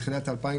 מתחילת 2020,